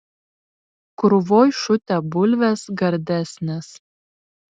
krūvoj šutę bulvės gardesnės